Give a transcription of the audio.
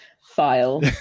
file